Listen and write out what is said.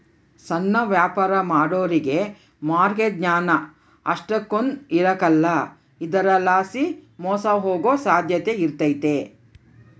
ಸಣ್ಣ ವ್ಯಾಪಾರ ಮಾಡೋರಿಗೆ ಮಾರ್ಕೆಟ್ ಜ್ಞಾನ ಅಷ್ಟಕೊಂದ್ ಇರಕಲ್ಲ ಇದರಲಾಸಿ ಮೋಸ ಹೋಗೋ ಸಾಧ್ಯತೆ ಇರ್ತತೆ